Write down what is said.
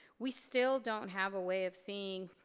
we still don't have a way of seeing,